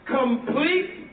complete